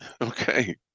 Okay